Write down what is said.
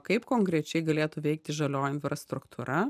kaip konkrečiai galėtų veikti žalioji infrastruktūra